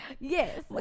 yes